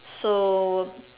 so